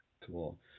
cool